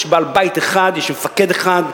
יש בעל בית אחד, יש מפקד אחד,